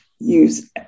use